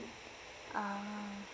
ah